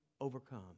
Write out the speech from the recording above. overcome